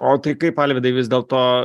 o tai kaip alvydai vis dėlto